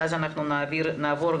ואז נעבור,